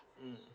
mm